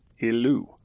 Ilu